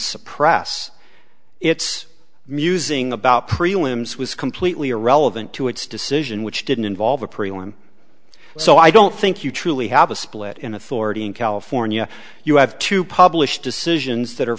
suppress its musing about prelims was completely irrelevant to its decision which didn't involve a prelim so i don't think you truly have a split in authority in california you have to publish decisions that are